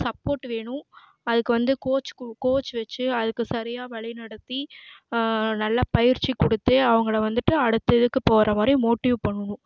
support வேணும் அதுக்கு வந்து கோச் கு கோச் வச்சு அதுக்கு சரியாக வழிநடத்தி நல்லா பயிற்சி கொடுத்து அவங்களை வந்துட்டு அடுத்த இதுக்கு போகிற மாதிரி மோட்டிவ் பண்ணணும்